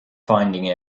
finding